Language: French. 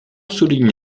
souligne